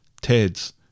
Ted's